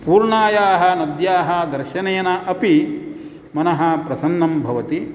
पूर्णायाः नद्याः दर्शनेन अपि मनः प्रसन्नं भवति